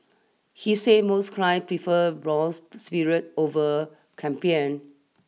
he say most client prefer brown spirits over champagne